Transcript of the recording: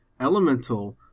Elemental